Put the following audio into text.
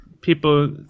people